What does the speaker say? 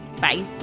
Bye